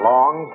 long